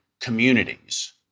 communities